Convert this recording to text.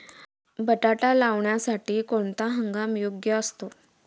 बटाटा लावण्यासाठी कोणता हंगाम योग्य असतो?